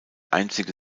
einzige